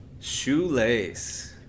Shoelace